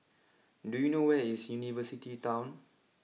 do you know where is University Town